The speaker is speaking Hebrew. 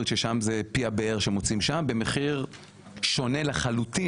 ששם זה פי הבאר שמוצאים שם במחיר שונה לחלוטין